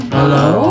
Hello